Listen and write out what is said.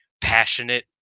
passionate